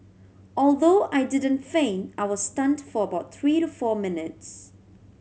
although I didn't faint I was stunned for about three to four minutes